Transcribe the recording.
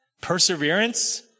perseverance